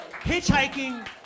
Hitchhiking